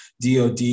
DOD